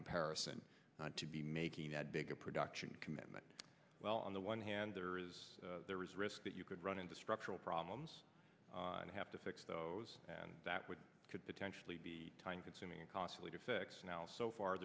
comparison not to be making that big a production commitment well on the one hand there is there is risk that you could run into structural problems and have to fix those and that would could potentially be time consuming and costly to fix now so far